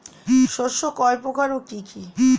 শস্য কয় প্রকার কি কি?